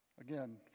Again